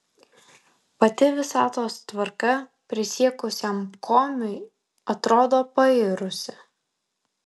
pati visatos tvarka prisiekusiam komiui atrodo pairusi